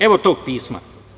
Evo, tog pisma.